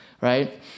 right